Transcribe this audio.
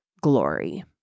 glory